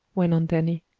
went on danny,